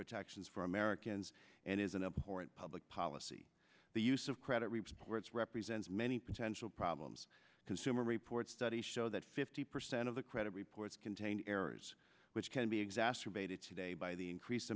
protections for americans and is an important public policy the use of credit reports represents many potential problems consumer reports studies show that fifty percent of the credit reports contain errors which can be exacerbated today by the increased